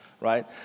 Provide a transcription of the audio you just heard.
right